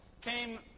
came